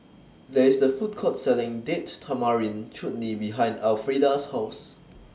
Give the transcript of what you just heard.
There IS A Food Court Selling Date Tamarind Chutney behind Alfreda's House